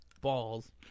balls